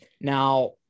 Now